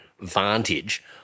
Vantage